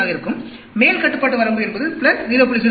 05 ஆக இருக்கும் மேல் கட்டுப்பாட்டு வரம்பு என்பது பிளஸ் 0